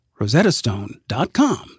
rosettastone.com